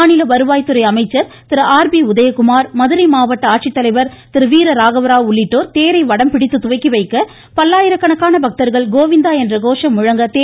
மாநில வருவாய்துறை அமைச்சர் திரு ஆர் பி உதயகுமார் மதுரை மாவட்ட ஆட்சித்தலைவர் திரு வீரராகவராவ் உள்ளிட்டோர் தேரை வடம்பிடித்து துவக்கி வைக்க பல்லாயிரக்கணக்கான பக்தர்கள் கோவிந்தா என்ற கோஷம் முழங்க தேரை இழுத்தனர்